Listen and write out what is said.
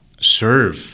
serve